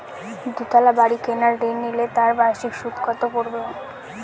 দুতলা বাড়ী কেনার ঋণ নিলে তার বার্ষিক সুদ কত পড়বে?